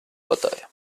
partei